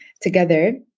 together